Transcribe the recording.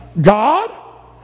God